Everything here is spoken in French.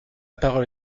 parole